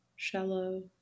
shallow